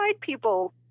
people